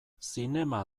zinema